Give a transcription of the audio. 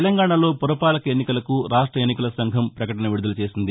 తెలంగాణలో పురపాలక ఎన్నికలకు రాష్ట్ర ఎన్నికల సంఘం పకటన విడుదల చేసింది